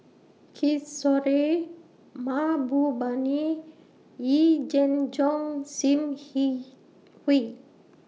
Kishore Mahbubani Yee Jenn Jong SIM He Hui